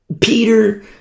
Peter